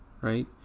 right